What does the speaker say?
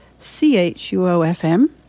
CHUOFM